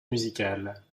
musicales